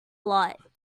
lot